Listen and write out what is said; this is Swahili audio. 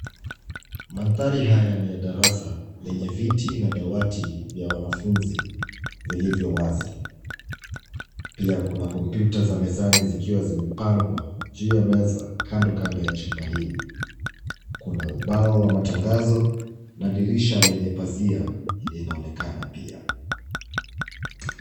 Mandhari haya ni ya darasa lenye viti na dawati vya wanafunzi vilivyo wazi. Pia kuna kompyuta za mezani zikiwa zimepangwa juu ya meza kando kando ya chumba hili. Kuna ubao wa matangazo na dirisha lenye Pazia linaonekana pia.